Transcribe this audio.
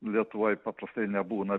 lietuvoj paprastai nebūna